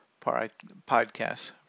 podcast